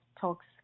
talks